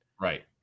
Right